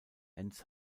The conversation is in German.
enz